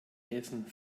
essen